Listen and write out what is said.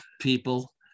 people